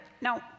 No